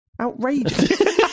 Outrageous